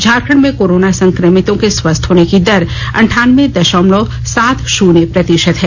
झारखंड में कोरोना संकमितों स्वस्थ होने की दर अंठावनें दशमलव सात शून्य प्रतिशत है